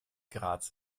graz